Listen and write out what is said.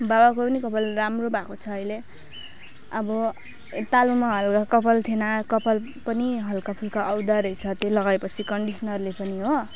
बाबाको पनि कपाल राम्रो भएको छ अहिले अब ए तालुमा हल्का कपाल थिएन कपाल पनि हल्का फुल्का आउँदो रहेछ त्यो लगाए पछि कन्डिसनरले पनि हो